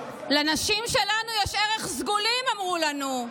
לנשים שלנו יש ערך סגולי, אמרו לנו.